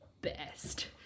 best